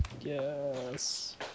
Yes